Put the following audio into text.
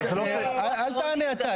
אל תענה אתה.